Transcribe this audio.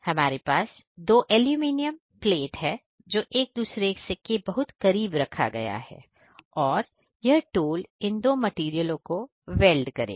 हमारे पास दो एलुमिनियम प्लेट है जो एक दूसरे के बहुत करीब रखा गया है और यह टूल इन दो मटेरियल को वर्ल्ड करेगा